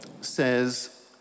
says